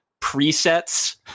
presets